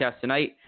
tonight